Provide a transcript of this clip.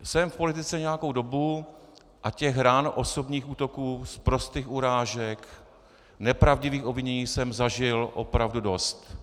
Jsem v politice nějakou dobu a těch ran, osobních útoků, sprostých urážek, nepravdivých obvinění jsem zažil opravdu dost.